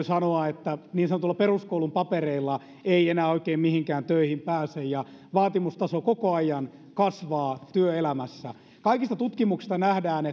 sanoa että niin sanotuilla peruskoulun papereilla ei enää oikein mihinkään töihin pääse ja vaatimustaso koko ajan kasvaa työelämässä kaikista tutkimuksista nähdään